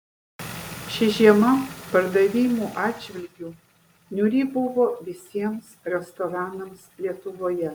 ši žiema pardavimų atžvilgiu niūri buvo visiems restoranams lietuvoje